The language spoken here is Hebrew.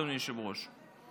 אדוני היושב-ראש.